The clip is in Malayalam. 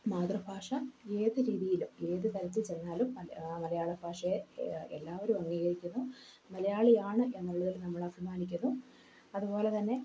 മാതൃഭാഷ ഏതു രീതിയിലും ഏതു തരത്തിൽ ചെന്നാലും മലയാള ഭാഷയെ എല്ലാവരും അംഗീകരിക്കുന്നു മലയാളിയാണ് എന്നുള്ളതിൽ നമ്മൾ അഭിമാനിക്കുന്നു അതുപോലെതന്നെ